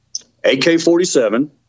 AK-47